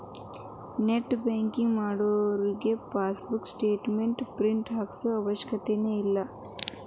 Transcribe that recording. net banking ಇದ್ದೋರಿಗೆ passbook statement print ಹಾಕ್ಸೋ ಅವಶ್ಯಕತೆನ ಇಲ್ಲಾ